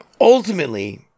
Ultimately